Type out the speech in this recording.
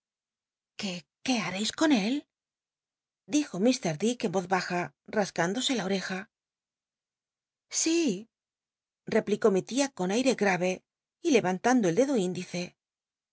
qué hareis con él dijo ir dick en voz baja rasc indose la oreja si replicó mi tia con aire gmve y levantando el dedo índice